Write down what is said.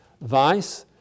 vice